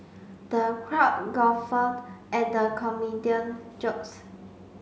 the crowd guffawed at the comedian jokes